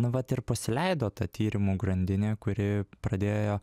nu vat ir pasileido ta tyrimų grandinė kuri pradėjo